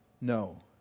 No